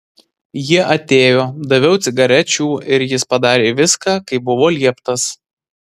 jie atėjo daviau cigarečių ir jis padarė viską kaip buvo lieptas